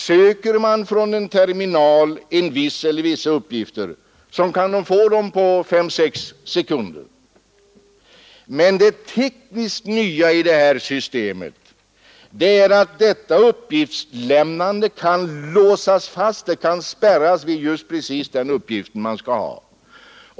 Söker man från en terminal vissa uppgifter, så kan man få dem på fem eller sex sekunder. Men det tekniskt nya i systemet är att detta uppgiftslämnande kan spärras vid just den uppgift man skall ha.